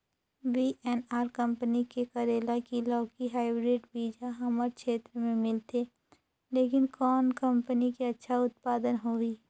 VNR company के करेला की लौकी हाईब्रिड बीजा हमर क्षेत्र मे मिलथे, लेकिन कौन कंपनी के अच्छा उत्पादन होही?